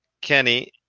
Kenny